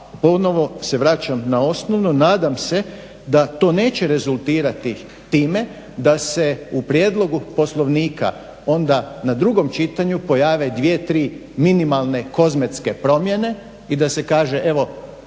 ponovno se vraćam na osnovno, nadam se da to neće rezultirati time da se u prijedlogu Poslovnika onda na drugom čitanju pojave dvije, tri minimalne kozmetičke promjene i da se kaže evo